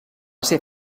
ser